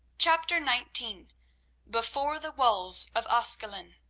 chapter nineteen before the walls of ascalon